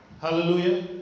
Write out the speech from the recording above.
Hallelujah